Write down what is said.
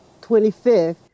25th